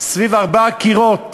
ומסביב ארבעה קירות,